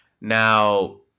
Now